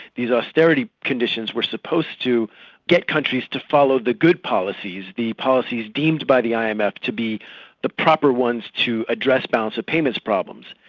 these austerity conditions were supposed to get countries to follow the good policies, the policies deemed by the imf ah to be the proper ones to address balance of payments problems,